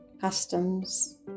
customs